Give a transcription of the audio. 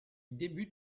débute